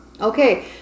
Okay